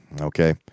Okay